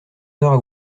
d’heure